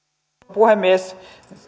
puhemies